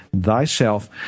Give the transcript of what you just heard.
thyself